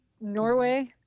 Norway